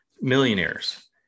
millionaires